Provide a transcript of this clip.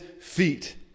feet